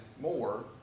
more